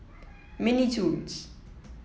mini Toons